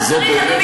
אתה לא צריך,